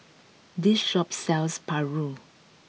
this shop sells Paru